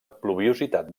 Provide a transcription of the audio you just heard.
pluviositat